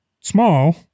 small